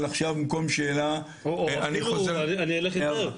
או אפילו יותר.